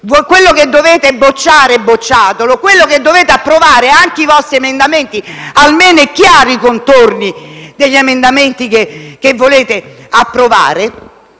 quello che dovete bocciare, bocciatelo, quello che dovete approvare, anche i vostri emendamenti, approvateli. Almeno saranno chiari i contorni degli emendamenti che volete approvare.